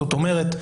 זאת אומרת,